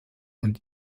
und